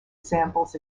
examples